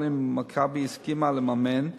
קופת-חולים "מכבי" הסכימה לממן,